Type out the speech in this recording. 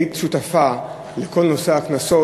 היית שותפה אתנו בכל נושא הקנסות,